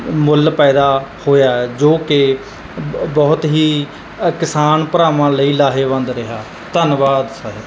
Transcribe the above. ਮੁੱਲ ਪੈਦਾ ਹੋਇਆ ਜੋ ਕਿ ਅਬ ਬਹੁਤ ਹੀ ਕਿਸਾਨ ਭਰਾਵਾਂ ਲਈ ਲਾਹੇਵੰਦ ਰਿਹਾ ਧੰਨਵਾਦ ਸਹਿਤ